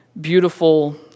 beautiful